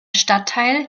stadtteil